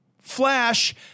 flash